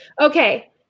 Okay